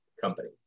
company